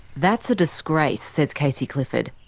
that's a disgrace, says kacey clifford.